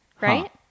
Right